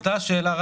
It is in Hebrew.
אותה שאלה,